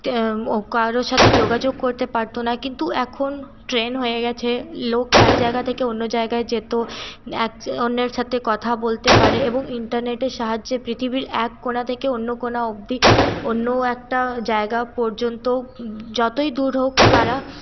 কারোর সাথে যোগাযোগ করতে পারতো না কিন্তু এখন ট্রেন হয়ে গেছে লোক এক জায়গা থেকে অন্য জায়গায় যেতেও এক অন্যের সাথে কথা বলতে পারে এবং ইন্টারনেটের সাহায্যে পৃথিবীর এক কোনা থেকে অন্য কোনা অব্দি অন্য একটা জায়গা পর্যন্ত যতই দূর হোক তারা